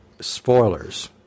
spoilers